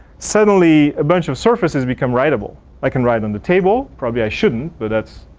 suddenly a bunch of surfaces become writable. i can write on the table, probably i shouldn't but that's